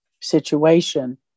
situation